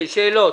שאלות.